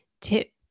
tip